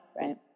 right